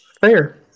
fair